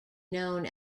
known